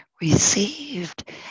received